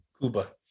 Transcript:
Cuba